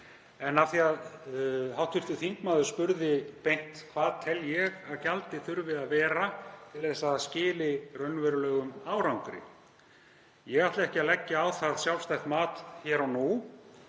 Af því að hv. þingmaður spurði beint hvað ég teldi að gjaldið þyrfti að vera til að það skilaði raunverulegum árangri þá ætla ég ekki að leggja á það sjálfstætt mat hér og nú.